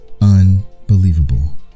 unbelievable